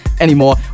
anymore